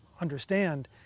understand